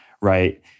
right